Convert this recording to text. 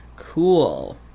cool